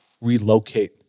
relocate